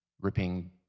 ripping